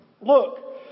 look